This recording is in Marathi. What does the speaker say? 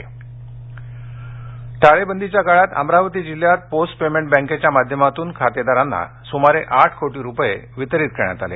पोस्ट पेमेंट बँक अमरावती टाळेबंदीच्या काळात अमरावती जिल्ह्यात पोस्ट पेमेंट बँकेच्या माध्यमातून खातेदारांना सुमारे आठ कोटी रुपये वितरीत करण्यात आले